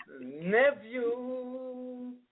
nephew